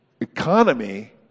economy